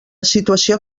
situació